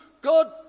God